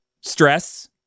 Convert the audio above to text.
Stress